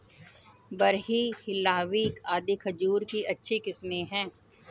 बरही, हिल्लावी आदि खजूर की अच्छी किस्मे हैं